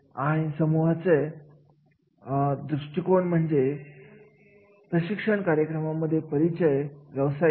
तर अशा प्रकारे एखाद्या कार्याची सगळे पैलू विचारात घेऊन त्या कार्याचे मूल्य करण्यात येते